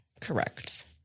Correct